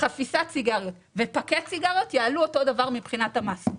- חפיסת סיגריות ופקט סיגריות יעלו אותו הדבר מבחינת המס.